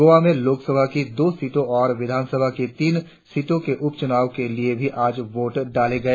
गोवा में लोकसभा की दो सीटें और विधानसभा की तीन सीटों के उपचुनाव के लिए भी आज ही वोट डाले गए